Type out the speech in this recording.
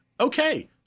okay